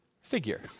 figure